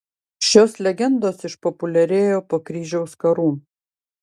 šios legendos išpopuliarėjo po kryžiaus karų